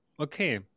Okay